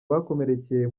bakomerekeye